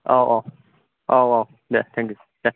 औ औ औ औ दे टेंकिउ